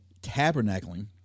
tabernacling